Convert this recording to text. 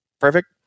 perfect